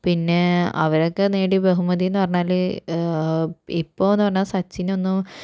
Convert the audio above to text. പിന്നെ അവരൊക്കെ നേടിയ ബഹുമതീന്ന് പറഞ്ഞാല് ഇപ്പോന്ന് പറഞ്ഞാൽ സച്ചിനൊന്നും